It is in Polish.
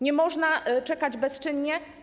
Nie można czekać bezczynnie.